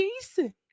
Jason